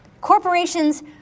Corporations